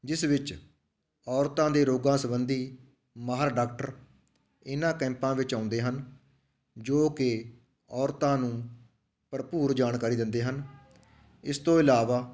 ਜਿਸ ਵਿੱਚ ਔਰਤਾਂ ਦੇ ਰੋਗਾਂ ਸੰਬੰਧੀ ਮਾਹਰ ਡਾਕਟਰ ਇਹਨਾਂ ਕੈਂਪਾਂ ਵਿੱਚ ਆਉਂਦੇ ਹਨ ਜੋ ਕਿ ਔਰਤਾਂ ਨੂੰ ਭਰਪੂਰ ਜਾਣਕਾਰੀ ਦਿੰਦੇ ਹਨ ਇਸ ਤੋਂ ਇਲਾਵਾ